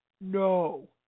no